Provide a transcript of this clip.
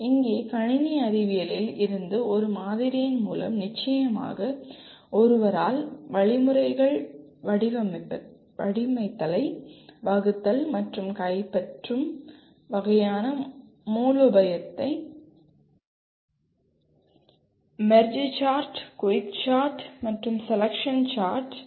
இங்கே கணினி அறிவியலில் இருந்து ஒரு மாதிரியின் மூலம் நிச்சயமாக ஒருவரால் வழிமுறைகள் வடிவமைத்தலை வகுத்தல் மற்றும் கைப்பற்றும் வகையான மூலோபாயத்தை மெர்ஜ் சார்ட் குயிக் சார்ட் மற்றும் selection sort Merge sort Quick sort and Selection sort